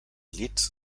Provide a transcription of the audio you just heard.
llits